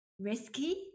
risky